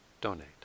donate